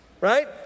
right